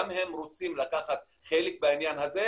גם הם רוצים לקחת חלק בעניין הזה.